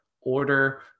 order